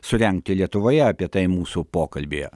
surengti lietuvoje apie tai mūsų pokalbyje